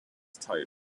title